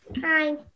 Hi